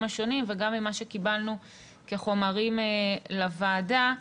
השונים וגם ממה שקיבלנו כחומרים לוועדה.